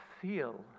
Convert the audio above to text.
feel